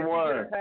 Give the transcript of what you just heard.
one